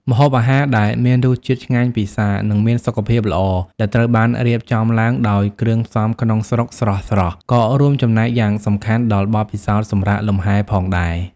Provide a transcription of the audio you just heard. ម្ហូបអាហារដែលមានរសជាតិឆ្ងាញ់ពិសា និងមានសុខភាពល្អ ដែលត្រូវបានរៀបចំឡើងដោយគ្រឿងផ្សំក្នុងស្រុកស្រស់ៗ ក៏រួមចំណែកយ៉ាងសំខាន់ដល់បទពិសោធន៍សម្រាកលំហែផងដែរ។